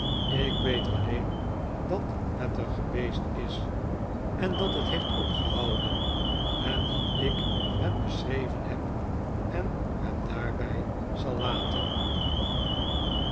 ik weet alleen dat het er geweest is en dat het heeft opgehouden en dat ik het beschreven heb en het daarbij zal laten